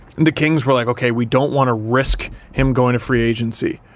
and the kings were like, okay, we don't want to risk him going to free-agency.